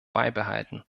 beibehalten